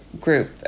group